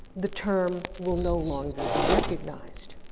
the term will no longer be recognized.